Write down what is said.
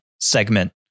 segment